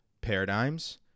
Paradigms